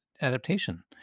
adaptation